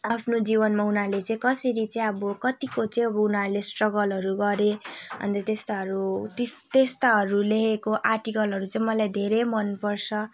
आफ्नो जीवनमा उनीहरूले चाहिँ कसरी चाहिँ अब कत्तिको चाहिँ अब उनीहरूले स्ट्रगलहरू गरे अन्त त्यस्ताहरू त्यस्ताहरूले लेखेको आर्टिकलहरू चाहिँ मलाई धेरै मनपर्छ